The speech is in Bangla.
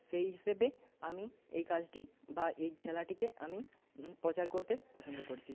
সেই হিসেবে আমি এই কাজটি বা এই খেলাটিকে আমি প্রচার করতে পছন্দ করছি